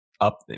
up